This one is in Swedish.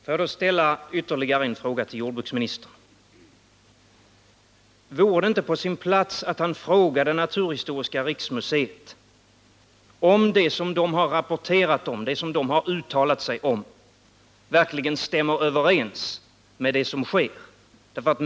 Herr talman! Får jag då ställa ytterligare en fråga till jordbruksministern: Vore det inte på sin plats att jordbruksministern frågade naturhistoriska riksmuseet, om det som museet har uttalat verkligen stämmer överens med vad som sker?